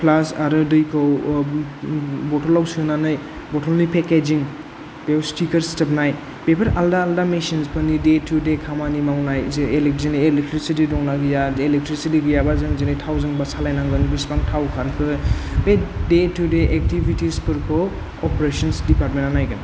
प्लास आरो दैखौ बथलाव सोनानै बथल नि पेकेजिं बेव स्टिकार सिथाबनाय बेफोर आलादा आलादा मेसिन्स फोरनि दे थु दे खामानि मावनाय जे एलेकजिन एलेकट्रिसिटि दंना गैया एलेकट्रिसिटि गैयाबा जों दिनै थावजोंबो सालायनांगोन बिसिबां थाव खारखो बे दे थु दे एक्टिभिटिस फोरखौ अपरेसन्स दिपार्टमेन्टा नायगोन